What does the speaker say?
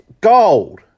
Gold